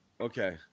Okay